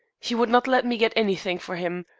he would not let me get anything for him.